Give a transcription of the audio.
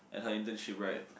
at her internship right